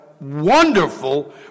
wonderful